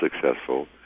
successful